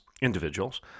individuals